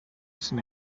sin